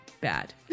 Bad